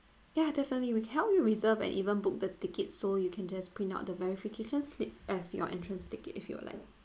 ya definitely we can help you reserve and even book the tickets so you can just print out the verification slip as your entrance ticket if you'd like